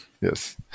Yes